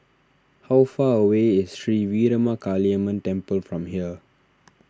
how far away is Sri Veeramakaliamman Temple from here